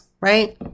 right